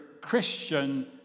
Christian